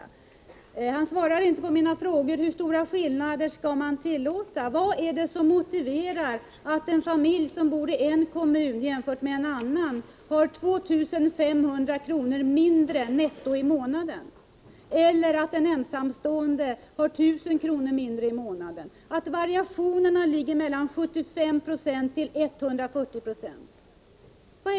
Men han svarar inte på mina frågor om hur stora skillnader vi skall tillåta. Vad är det som motiverar att en familj som bor i en viss kommun jämfört med en annan har 2 500 kr. mindre netto i månaden eller att en ensamstående har 1 000 kr. mindre i månaden — att beloppen varierar mellan 75 Jo och 140 96?